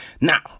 Now